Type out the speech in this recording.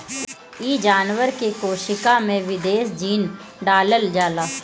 इ जानवर के कोशिका में विदेशी जीन डालल जाला